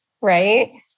right